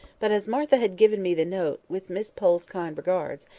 but as martha had given me the note, with miss pole's kind regards,